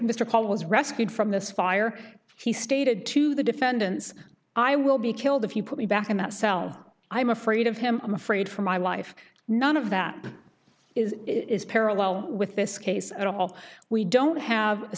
mr cole was rescued from this fire he stated to the defendants i will be killed if you put me back in that cell i'm afraid of him i'm afraid for my life none of that is it is parallel with this case at all we don't have a